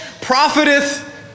profiteth